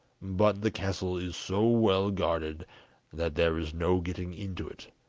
but the castle is so well guarded that there is no getting into it.